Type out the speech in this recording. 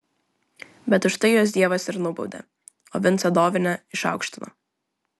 bet už tai juos dievas ir nubaudė o vincą dovinę išaukštino